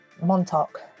Montauk